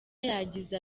yagize